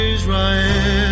Israel